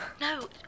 No